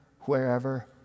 wherever